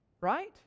Right